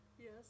yes